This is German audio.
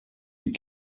die